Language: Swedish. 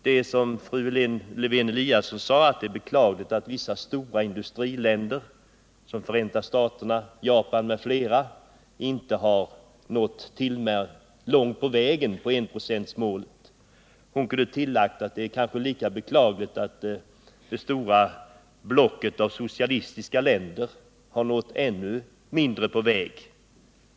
Det är, som Anna Lisa Lewén-Eliasson sade, beklagligt att vissa stora industriländer som USA och Japan inte har nått så långt på vägen mot enprocentsmålet. Hon kunde ha tillagt att det är lika beklagligt att det stora blocket av socialistiska länder har en ännu längre väg att gå innan enprocentsmålet är uppfyllt.